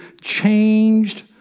changed